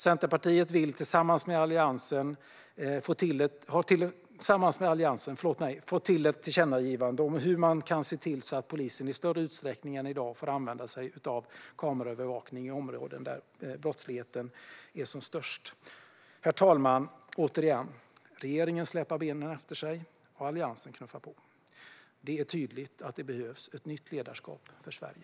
Centerpartiet vill tillsammans med Alliansen få till ett tillkännagivande om hur polisen i större utsträckning än i dag ska få använda sig av kameraövervakning i områden där brottsligheten är som störst. Herr talman! Återigen: Regeringen släpar benen efter sig och Alliansen knuffar på. Det är tydligt att det behövs ett nytt ledarskap för Sverige.